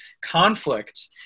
conflict